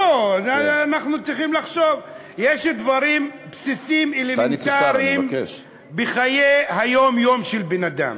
יש דברים בסיסיים אלמנטריים בחיי היום-יום של בן-אדם: